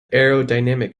aerodynamic